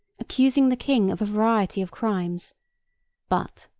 accusing the king of a variety of crimes but,